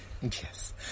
Yes